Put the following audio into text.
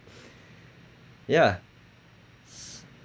yeah